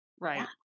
right